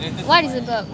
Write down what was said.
what is it about